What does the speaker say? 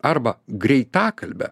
arba greitakalbe